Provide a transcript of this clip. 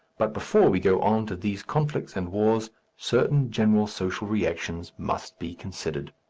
but before we go on to these conflicts and wars certain general social reactions must be considered.